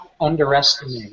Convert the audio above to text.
underestimate